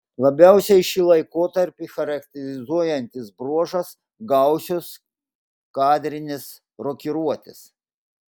labiausiai šį laikotarpį charakterizuojantis bruožas gausios kadrinės rokiruotės